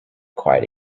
quiet